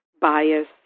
bias